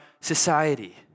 society